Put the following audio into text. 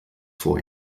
vor